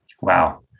Wow